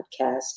podcast